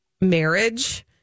marriage